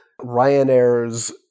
Ryanair's